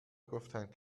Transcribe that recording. گفتند